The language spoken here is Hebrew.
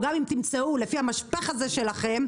או גם אם תמצאו לפי המשפך הזה שלכם,